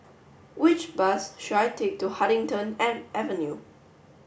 which bus should I take to Huddington Avenue